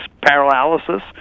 paralysis